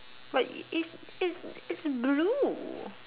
but it's it's it's it's blue